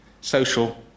social